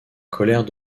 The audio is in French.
colère